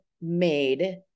made